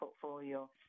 portfolio